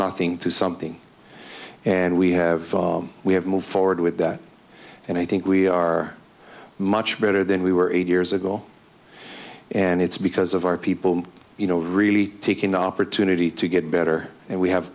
nothing to something and we have we have moved forward with that and i think we are much better than we were eight years ago and it's because of our people you know really taking the opportunity to get better and we have